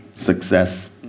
success